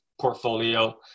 portfolio